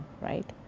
right